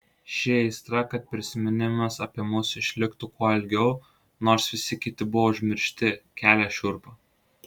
ši aistra kad prisiminimas apie mus išliktų kuo ilgiau nors visi kiti buvo užmiršti kelia šiurpą